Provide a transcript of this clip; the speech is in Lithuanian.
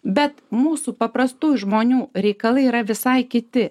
bet mūsų paprastų žmonių reikalai yra visai kiti